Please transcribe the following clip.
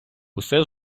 усе